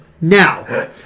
now